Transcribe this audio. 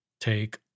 Take